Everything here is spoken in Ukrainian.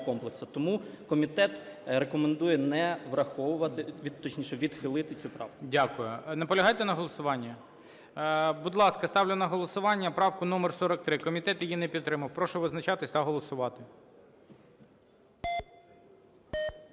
комплексу. Тому комітет рекомендує не враховувати, точніше, відхилити цю правку. ГОЛОВУЮЧИЙ. Дякую. Наполягаєте на голосуванні? Будь ласка, ставлю на голосування правку номер 43, комітет її не підтримав. Прошу визначатись та голосувати.